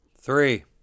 Three